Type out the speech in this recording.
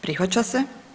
Prihvaća se.